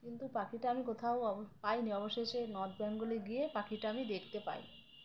কিন্তু পাখিটা আমি কোথাও পাইনি অবশেষে নর্থ বেঙ্গলে গিয়ে পাখিটা আমি দেখতে পাই